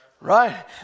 right